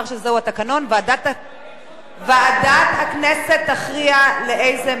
שתקבע ועדת הכנסת נתקבלה.